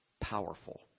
powerful